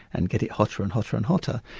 and get it hotter and hotter and hotter,